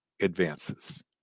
advances